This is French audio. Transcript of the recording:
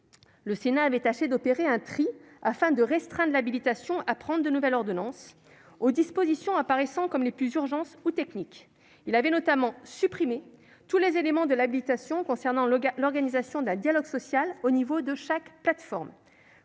le Sénat s'était efforcé d'opérer un tri afin de restreindre l'habilitation à prendre une nouvelle ordonnance aux dispositions apparaissant comme les plus urgentes ou techniques. Il avait notamment supprimé tous les éléments de l'habilitation concernant l'organisation d'un dialogue social au niveau de chaque plateforme,